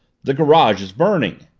the garage is burning!